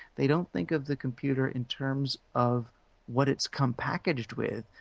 they don't think of the computer in terms of what it's come packaged with,